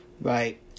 Right